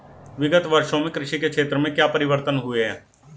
विगत वर्षों में कृषि के क्षेत्र में क्या परिवर्तन हुए हैं?